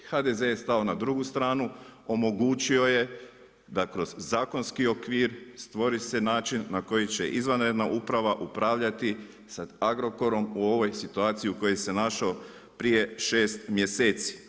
HDZ je stao na dr. stranu, omogućio je da kroz zakonski okvir stvori se način na koji će izvanredna uprava upravljati sa Agrokorom u ovoj situaciji u kojoj se našao prije 6 mjeseci.